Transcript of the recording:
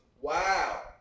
Wow